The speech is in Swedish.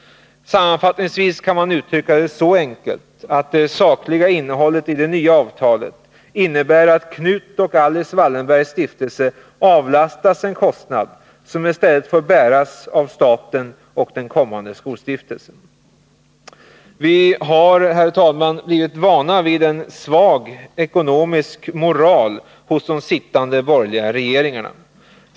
Som en enkel sammanfattning av det sakliga innehållet i det nya avtalet kan man ange att det innebär att Knut och Alice Wallenbergs stiftelse avlastas en kostnad, som i stället får bäras av staten och den kommande skolstiftelsen. Vi har, herr talman, blivit vana vid en svag ekonomisk moral hos de sittande borgerliga regeringarna.